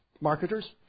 Marketers